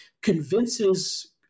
convinces